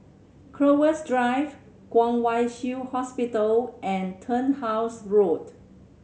Crowhurst Drive Kwong Wai Shiu Hospital and Turnhouse Road